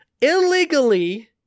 illegally